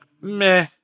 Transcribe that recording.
meh